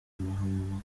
mahama